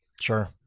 Sure